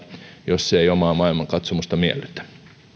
jos se ei omaa maailmankatsomusta miellytä